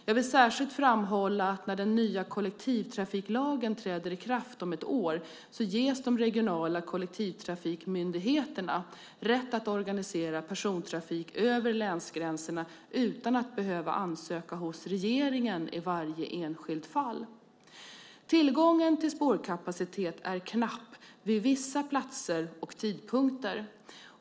Jag vill särskilt framhålla att när den nya kollektivtrafiklagen träder i kraft om ett år ges de regionala kollektivtrafikmyndigheterna rätt att organisera persontrafik över länsgränserna utan att behöva ansöka hos regeringen i varje enskilt fall. Tillgången till spårkapacitet är knapp vid vissa platser och tidpunkter.